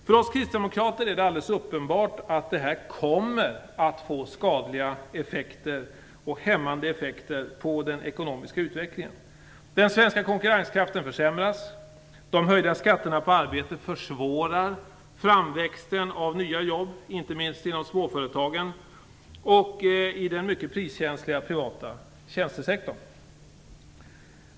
För oss kristdemokrater är det helt uppenbart att detta kommer att få skadliga och hämmande effekter på den ekonomiska utvecklingen. Den svenska konkurrenskraften försämras, de höjda skatterna på arbete försvårar framväxten av nya jobb inte minst inom småföretagen och i den mycket priskänsliga privata tjänstesektorn.